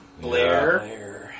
Blair